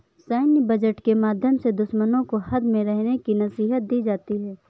सैन्य बजट के माध्यम से दुश्मनों को हद में रहने की नसीहत दी जाती है